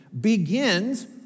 begins